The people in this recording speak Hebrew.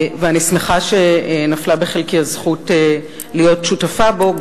ואני שמחה שנפלה בחלקי הזכות להיות שותפה בו,